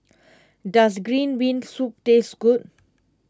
does Green Bean Soup taste good